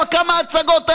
או הכמה הצגות האלה?